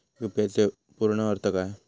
UPI चो पूर्ण अर्थ काय?